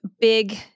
big